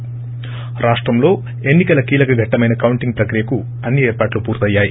ి రాష్ట్రంలో ఎన్సి కల కీలక ఘట్టమైన కౌంటింగ్ ప్రక్రియకు అన్ని ఏర్పాట్లు పూర్తయ్యాయి